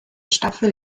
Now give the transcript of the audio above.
staffel